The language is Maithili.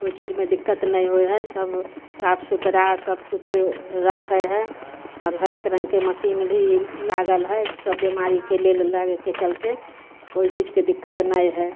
कोइ चीजमे दिक्कत नहि होइ हइ सब साफ सुथरा सबकिछु रखय हइ आब हरेक रङ्गके मशीन भी लागल हइ सब बीमारीके लेल लागेके चलते कोइ चीजके दिक्कत नहि हइ